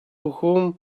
whom